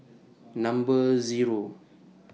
Number Zero